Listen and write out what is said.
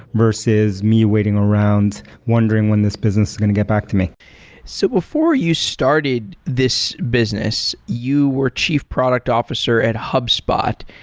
versus me waiting around wondering when this business is going to get back to me so before you started this business, you were chief product officer at hubspot.